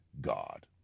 god